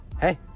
hey